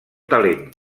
talent